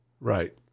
Right